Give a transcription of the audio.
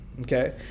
okay